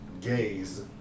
gays